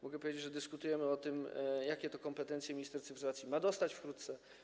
Mogę powiedzieć, że dyskutujemy o tym, jakie to kompetencje minister cyfryzacji ma wkrótce dostać.